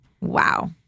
Wow